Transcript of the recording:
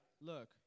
Look